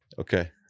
Okay